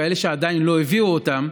כאלה שעדיין לא הביאו אותם,